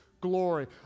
glory